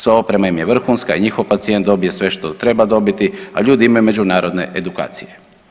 Sva oprema im je vrhunska i njihov pacijent dobije sve što treba dobiti, a ljudi imaju međunarodne edukacije.